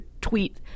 tweet